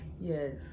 Yes